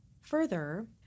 Further